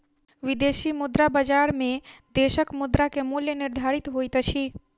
विदेशी मुद्रा बजार में देशक मुद्रा के मूल्य निर्धारित होइत अछि